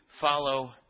follow